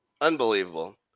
Unbelievable